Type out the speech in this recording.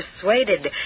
persuaded